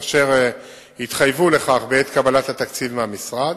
אשר התחייבה לכך בעת קבלת התקציב מהמשרד.